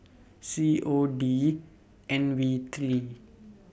C O D N V three